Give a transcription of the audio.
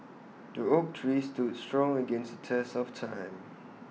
the oak tree stood strong against the test of time